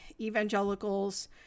evangelicals